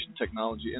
technology